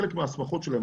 חלק מהסמכות שלהם,